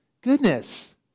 goodness